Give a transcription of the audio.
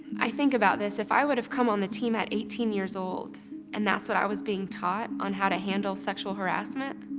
i think about this, if i would have come on the team at eighteen years old and that's what i was being taught on how to handle sexual harassment,